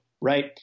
right